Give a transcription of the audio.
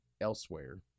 elsewhere